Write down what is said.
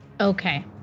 Okay